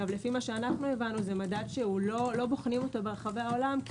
לפי מה שאנו הבנו זה מדד שלא בוחנים אותו ברחבי העולם,